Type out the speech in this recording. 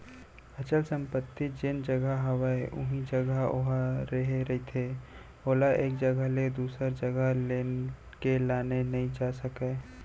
अचल संपत्ति जेन जघा हवय उही जघा ओहा रेहे रहिथे ओला एक जघा ले दूसर जघा लेगे लाने नइ जा सकय